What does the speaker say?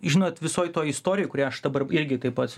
žinot visoj toj istorijoj kurią aš dabar irgi taip pat